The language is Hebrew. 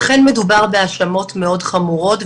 אכן מדובר בהאשמות מאוד חמורות,